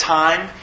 time